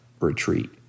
retreat